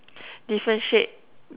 differentiate